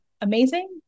Amazing